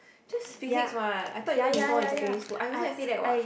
just Physics what I thought you learn before in secondary school I also never say that what